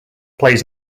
plays